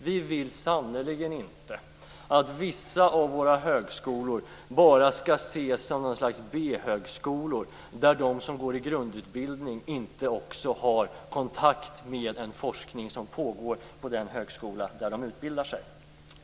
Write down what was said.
Vi vill sannerligen inte att vissa av våra högskolor bara skall ses som något slags B-högskolor, där de som går i grundutbildning inte också har kontakt med den forskning som pågår på den högskola där de utbildar sig.